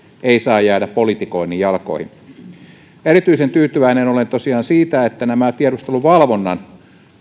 ei saa jäädä politikoinnin jalkoihin erityisen tyytyväinen olen tosiaan siitä että tiedusteluvalvonnan